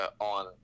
on